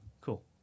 Cool